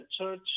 church